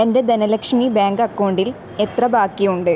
എൻ്റെ ധനലക്ഷ്മി ബാങ്കക്കൗണ്ടിൽ എത്ര ബാക്കിയുണ്ട്